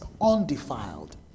undefiled